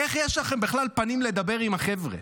איך יש לכם בכלל פנים לדבר עם החבר'ה?